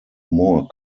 more